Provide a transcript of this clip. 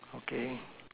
okay